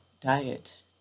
diet